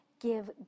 give